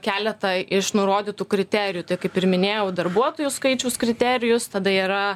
keletą iš nurodytų kriterijų tai kaip ir minėjau darbuotojų skaičiaus kriterijus tada yra